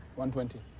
one twenty.